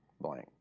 blank